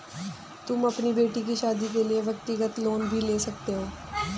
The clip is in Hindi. तुम अपनी बेटी की शादी के लिए व्यक्तिगत लोन भी ले सकती हो